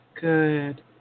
Good